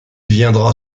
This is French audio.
viendra